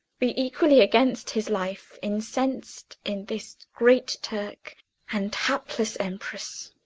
be equally against his life incens'd in this great turk and hapless emperess!